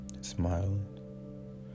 smiling